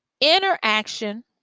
interaction